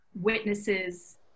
witnesses